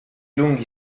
lunghi